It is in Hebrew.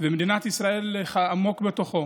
שמדינת ישראל עמוק בתוכו.